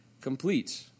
complete